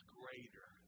greater